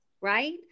Right